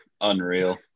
Unreal